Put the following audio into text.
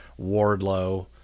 Wardlow